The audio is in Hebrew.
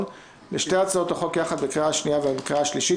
- לשתי הצעות החוק יחד בקריאה השנייה ובקריאה השלישית,